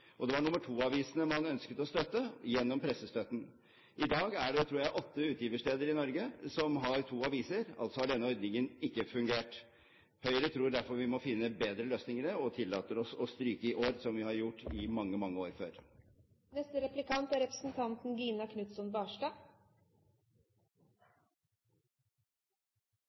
og det var nummer to-avisene man ønsket å støtte gjennom pressestøtten. I dag tror jeg det er åtte utgiversteder i Norge som har to aviser – altså har denne ordningen ikke fungert. Høyre tror derfor vi må finne bedre løsninger, og tillater oss å stryke det i år, som vi har gjort i mange år før. Mitt anliggende er